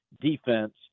defense